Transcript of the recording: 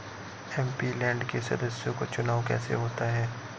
MP land के सदस्यों का चुनाव कैसे होता है?